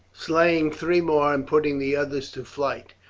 slaying three more and putting the others to flight.